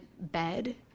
bed